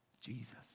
Jesus